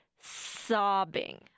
sobbing